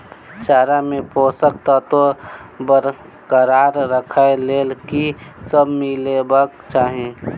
चारा मे पोसक तत्व बरकरार राखै लेल की सब मिलेबाक चाहि?